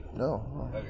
No